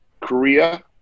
Korea